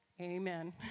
Amen